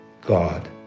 God